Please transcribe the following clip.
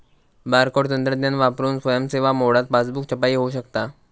barcode तंत्रज्ञान वापरून स्वयं सेवा मोडात पासबुक छपाई होऊ शकता